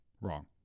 wrong